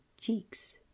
cheeks